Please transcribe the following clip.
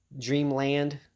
Dreamland